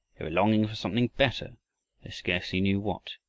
they were longing for something better, they scarcely knew what.